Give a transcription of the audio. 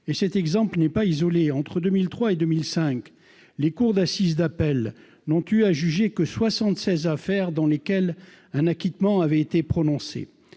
Et cet exemple n'est pas isolé : entre 2003 et 2005, les cours d'assises d'appel n'ont eu à juger que 76 affaires dans lesquelles un acquittement avait été prononcé,